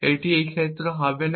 এটি এই ক্ষেত্রে হবে না